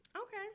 Okay